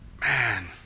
Man